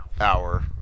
Hour